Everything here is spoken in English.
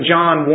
John